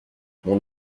mon